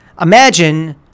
imagine